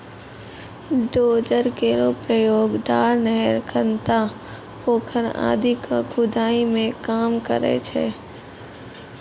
dozer केरो प्रयोग डार, नहर, खनता, पोखर आदि क खुदाई मे काम करै छै